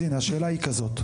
אז הנה, השאלה היא כזאת: